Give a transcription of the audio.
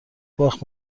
باخت